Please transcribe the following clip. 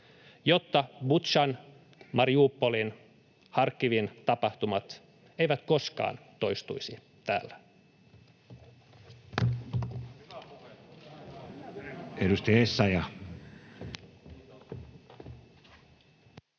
Jotta Butšan, Mariupolin ja Harkovan tapahtumat eivät koskaan toistuisi täällä.